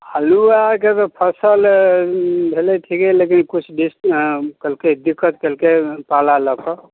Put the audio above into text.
अल्लू आओरके तऽ फसल भेलै ठिके लेकिन किछु दिस केलकै दिक्कत केलकै पाला लऽ कऽ